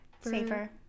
Safer